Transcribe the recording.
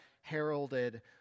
heralded